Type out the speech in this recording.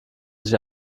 sich